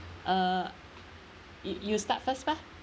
uh y~ you start first bah